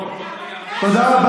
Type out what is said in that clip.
אורית, הצעה לסדר-היום, תודה רבה.